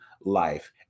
life